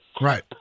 right